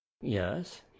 yes